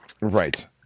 Right